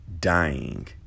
dying